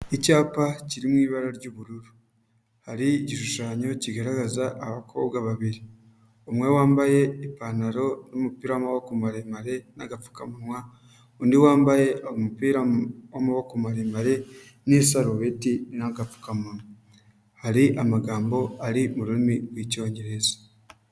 Icyapa kiri mu ibara ry'ubururu, hari igishushanyo kigaragaza abakobwa babiri, umwe wambaye ipantaro n'umupira w'amaboko maremare n'agapfukamunwa undi wambaye umupira w'amaboko maremare n'isarubeti n'agapfukama, hari amagambo ari mu rurimi rw'icyongereza.